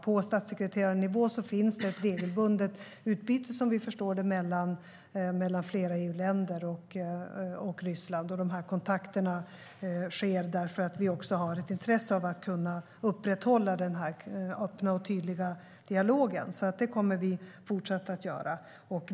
På statssekreterarnivå finns det ett regelbundet utbyte, som vi förstår det, mellan flera EU-länder och Ryssland. De kontakterna sker eftersom vi också har ett intresse av att kunna upprätthålla den öppna och tydliga dialogen. Detta kommer vi att fortsätta att göra.